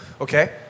Okay